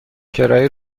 کرایه